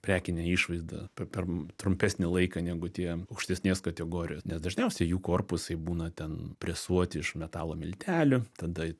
prekinę išvaizdą per per trumpesnį laiką negu tie aukštesnės kategorijos nes dažniausiai jų korpusai būna ten presuoti iš metalo miltelių tada